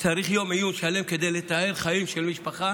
צריך יום עיון שלם כדי לתאר חיים של משפחה